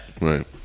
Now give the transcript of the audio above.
Right